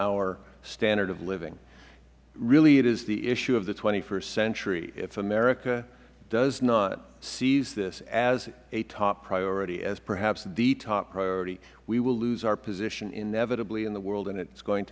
our standard of living really it is the issue of the st century if america does not seize this as a top priority as perhaps the top priority we will lose our position inevitably in the world and it is going